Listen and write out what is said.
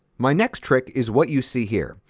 my next trick is what you see here.